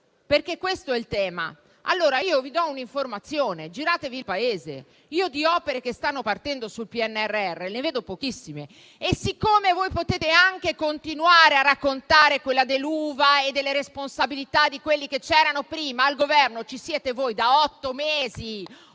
Questo è il tema. Vi do un'informazione: giratevi il Paese, perché di opere che stanno partendo sul PNRR io ne vedo pochissime. Voi potete anche continuare a raccontare quella dell'uva e delle responsabilità di quelli che c'erano prima; ma al Governo ci siete voi da otto mesi.